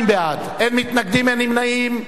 92 בעד, אין מתנגדים, אין נמנעים.